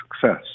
success